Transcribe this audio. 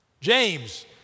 James